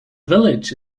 village